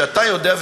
שאתה יודע,